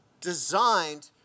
designed